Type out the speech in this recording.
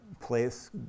place